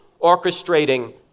orchestrating